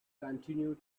continue